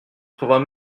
prévoit